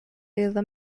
other